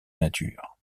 nature